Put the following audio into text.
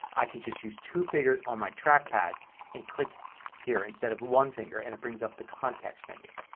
i can just use two fingers on my trackpad and click here instead of one finger and it brings up the context menu.